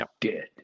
dead